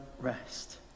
rest